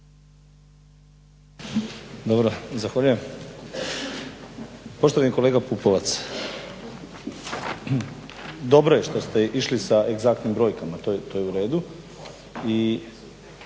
Dobro, zahvaljujem. Poštovani kolega Pupovac dobro je što ste išli sa egzaktnim brojkama, to je u redu